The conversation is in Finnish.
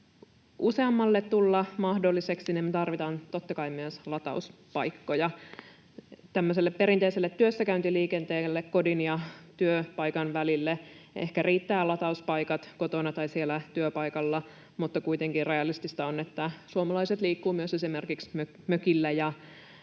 useammalle tulla mahdolliseksi, niin me tarvitaan totta kai myös latauspaikkoja. Tämmöiselle perinteiselle työssäkäyntiliikenteelle kodin ja työpaikan välille ehkä riittää latauspaikka kotona tai siellä työpaikalla, mutta sitä on kuitenkin rajallisesti. Suomalaiset liikkuvat myös esimerkiksi mökillä ja